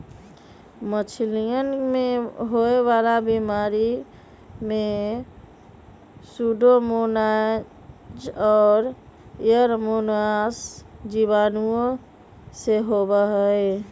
मछलियन में होवे वाला बीमारी में सूडोमोनाज और एयरोमोनास जीवाणुओं से होबा हई